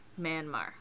Myanmar